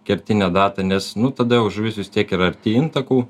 kertinę datą nes nu tada jau žuvis vis tiek yra arti intakų